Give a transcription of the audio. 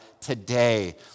today